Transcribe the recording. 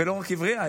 ולא רק עברייה,